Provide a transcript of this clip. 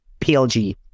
PLG